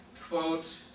quote